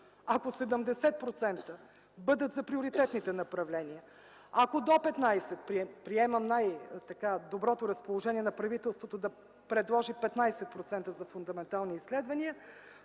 Ако 70% бъдат за приоритетните направления, ако до 15% – приемам така най-доброто разположение на правителството да предложи 15% за фундаментални изследвания